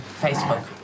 Facebook